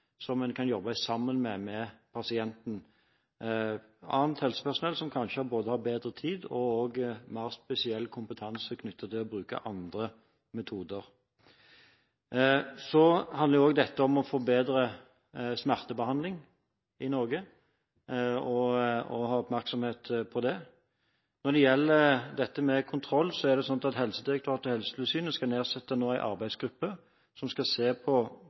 som kan jobbe sammen med pasienten – annet helsepersonell som kanskje både har bedre tid og mer spesiell kompetanse knyttet til å bruke andre metoder. Dette handler også om å få bedre smertebehandling i Norge og å ha oppmerksomhet på det. Når det gjelder dette med kontroll, er det sånn at Helsedirektoratet og Helsetilsynet nå skal nedsette en arbeidsgruppe som skal se på